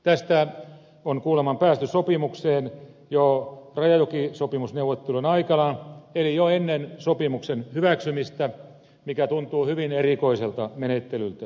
tästä on kuulemma päästy sopimukseen jo rajajokisopimusneuvottelujen aikana eli jo ennen sopimuksen hyväksymistä mikä tuntuu hyvin erikoiselta menettelyltä